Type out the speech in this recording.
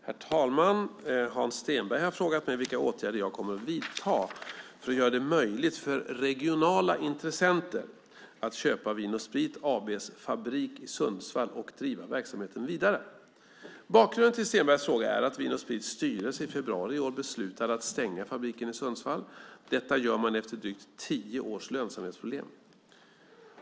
Herr talman! Hans Stenberg har frågat mig vilka åtgärder jag kommer att vidta för att göra det möjligt för regionala intressenter att köpa Vin & Sprit AB:s fabrik i Sundsvall och driva verksamheten vidare. Bakgrunden till Stenbergs fråga är att Vin & Sprits styrelse i februari i år beslutade att stänga fabriken i Sundsvall. Detta gör man efter drygt tio års lönsamhetsproblem.